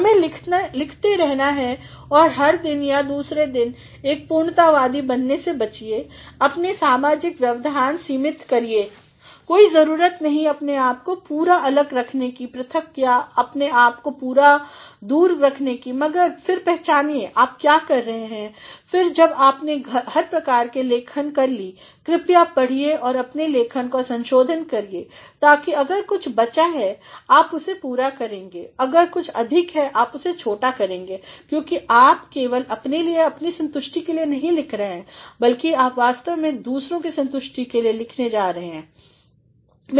हमें लिखते रहना है हर दिन या दुसरेतो एक पूर्णतावादी बनने से बचिए अपने सामाजिकव्यवधानसिमितकरिए कोई ज़रूरत नहीं अपने आप को पूरा अलग रखने कीपृथकया आपने आप को पूरा दूर रखने की मगर फिर पहचानिए आप क्या कर रहे हैं और फिर जब आपने हर प्रकार की लेखन कर ली कृपया पढ़िए और अपनी लेखन का संशोधन करिए ताकि अगर कुछ बचा है आप उसे पूरा करेंगे अगर कुछ अधिक है आप उसे छोटा करेंगे क्योंकि आप केवल अपने लिए अपनी संतुष्टि के लिए नहीं लिख रहे हैं बल्कि आप वास्तव में दूसरों की संतुष्टि के लिए लिखने जा रहे हैं